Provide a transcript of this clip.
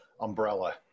umbrella